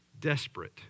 desperate